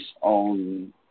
on